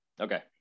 Okay